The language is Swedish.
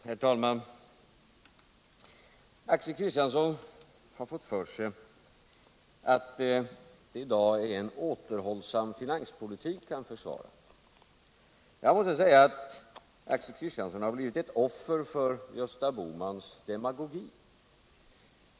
Herr talman! Axel Kristiansson har fått för sig att det i dag är en återhållsam finanspolitik som han försvarar. Jag måste säga att Axel Kristiansson har blivit ett offer för Gösta Bohmans demagogi.